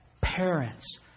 parents